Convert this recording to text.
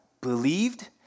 believed